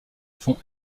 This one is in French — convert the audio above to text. font